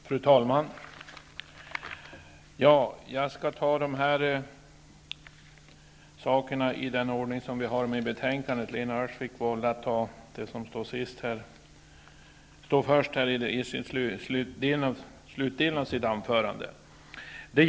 Fru talman! Jag skall ta de här sakerna i den ordning som vi har dem i betänkandet. Lena Öhrsvik valde att i slutet av sitt anförande tala om det som står först i betänkandet.